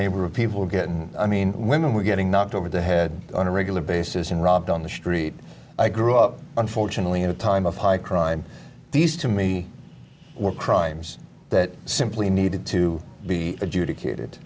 neighbor of people get i mean women were getting knocked over the head on a regular basis and robbed on the street i grew up unfortunately in a time of high crime these to me were crimes that simply needed to be adjudicated